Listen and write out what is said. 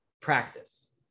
practice